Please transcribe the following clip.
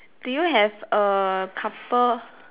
do you have a couple